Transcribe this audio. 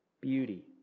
Beauty